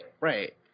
Right